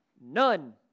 None